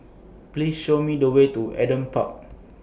Please Show Me The Way to Adam Park